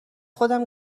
خودم